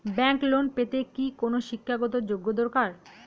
Bank loan পেতে কি কোনো শিক্ষা গত যোগ্য দরকার?